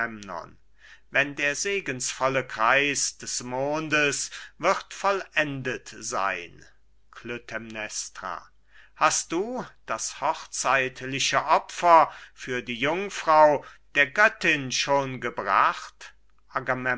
wenn der segensvolle kreis des mondes wird vollendet sein klytämnestra hast du das hochzeitliche opfer für die jungfrau der göttin schon gebracht